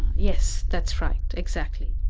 yes, that's right, exactly.